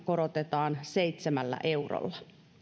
korotetaan seitsemällä eurolla